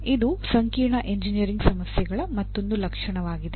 ಇದು ಸಂಕೀರ್ಣ ಎಂಜಿನಿಯರಿಂಗ್ ಸಮಸ್ಯೆಗಳ ಮತ್ತೊಂದು ಲಕ್ಷಣವಾಗಿದೆ